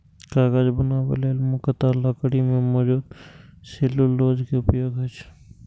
कागज बनबै लेल मुख्यतः लकड़ी मे मौजूद सेलुलोज के उपयोग होइ छै